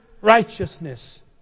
righteousness